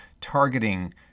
targeting